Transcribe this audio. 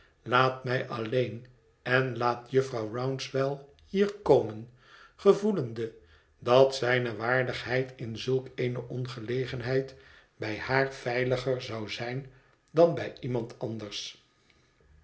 laat mij alleen en laat jufvrouw rouncewell hier komen gevoelende dat zijne waardigheid in zulk eene ongelegenheid bij haar veiliger zou zijn dan bij iemand anders